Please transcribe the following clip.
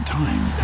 time